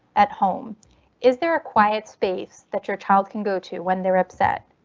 at home is there a quiet space that your child can go to when they're upset?